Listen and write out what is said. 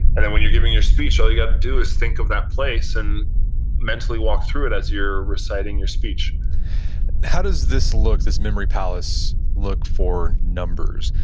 and then when you're giving your speech, all you got to do is think of that place and mentally walk through it as you're reciting your speech how does this look, this memory palace look for numbers?